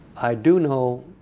i do know